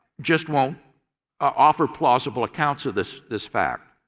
just won't offer plausible accounts of this this fact.